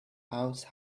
house